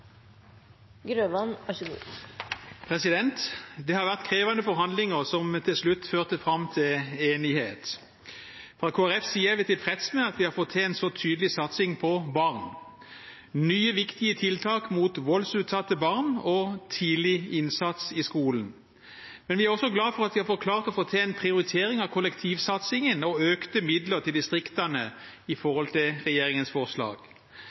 til en så tydelig satsing på barn – nye viktige tiltak mot voldsutsatte barn og tidlig innsats i skolen. Men vi er også glad for at vi har klart å få til en prioritering av kollektivsatsingen og økte midler til distriktene i forhold til regjeringens forslag.